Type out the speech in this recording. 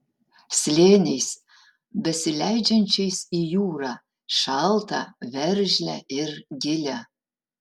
slėniais besileidžiančiais į jūrą šaltą veržlią ir gilią